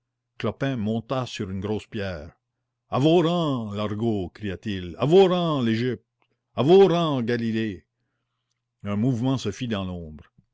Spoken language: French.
clopin monta sur une grosse pierre à vos rangs l'argot cria-t-il à vos rangs l'égypte à vos rangs galilée un mouvement se fit dans l'ombre